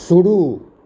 शुरू